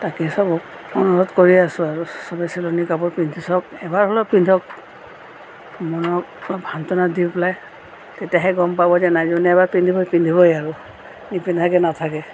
তাকে চব অনুৰোধ কৰি আছোঁ আৰু চবে চিলনি কাপোৰ পিন্ধি চাওক এবাৰ হ'লেও পিন্ধক মইয়ো অলপ সান্তনা দি পেলাই তেতিয়াহে গম পাব যে নাই যোনে এবাৰ পিন্ধিব পিন্ধিবই আৰু নিপিন্ধাকৈ নাথাকে